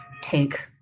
take